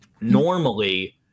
normally